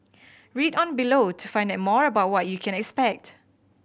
read on below to find out more about what you can expect